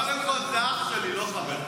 קודם כול, זה אח שלי, לא חבר.